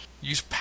use